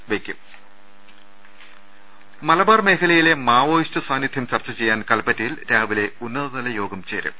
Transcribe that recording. ദർവ്വ്റെ പ മലബാർ മേഖലയിലെ മാവോയിസ്റ്റ് സാന്നിധ്യം ചർച്ച ചെയ്യാൻ കല്പ്പ റ്റയിൽ രാവിലെ ഉന്നതതല യോഗം ചേരും